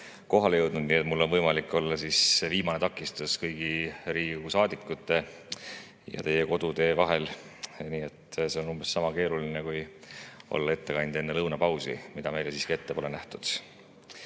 kohale jõudnud. Mul on võimalik olla see viimane takistus kõigi Riigikogu saadikute ja nende kodutee vahel. See on umbes sama keeruline, kui olla ettekandja enne lõunapausi, mida meile siiski ette pole nähtud.